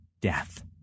death